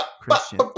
Christian